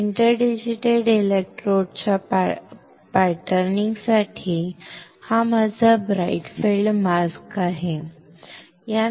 interdigitated electrodes च्या पॅटर्निंगसाठी हा माझा ब्राइट फील्ड मास्क आहे बरोबर